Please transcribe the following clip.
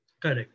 correct